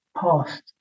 past